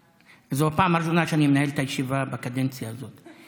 זו הפעם הראשונה שאני מנהל את הישיבה בקדנציה הזאת,